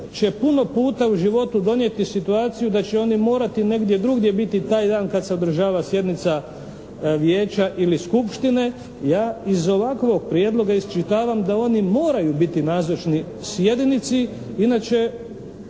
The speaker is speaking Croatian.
će puno puta u životu donijeti situaciju da će oni morati negdje drugdje biti taj dan kad se održava sjednica vijeća ili skupštine, ja iz ovakvog prijedloga iščitavam da oni moraju biti nazočni sjednici inače